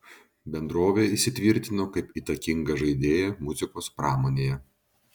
bendrovė įsitvirtino kaip įtakinga žaidėja muzikos pramonėje